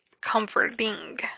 comforting